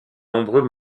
nombreux